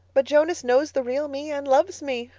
but jonas knows the real me and loves me,